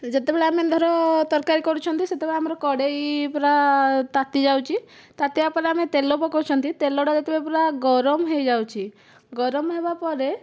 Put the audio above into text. ଯେତେବେଳେ ଆମେ ଧର ତରକାରୀ କରୁଛନ୍ତି ସେତେବେଳେ ଆମର କଡ଼େଇ ପୁରା ତାତି ଯାଉଛି ତାତିବା ପରେ ଆମେ ତେଲ ପକଉଛନ୍ତି ତେଲଟା ଯେତେବେଳେ ପୁରା ଗରମ ହୋଇଯାଉଛି ଗରମ ହେବା ପରେ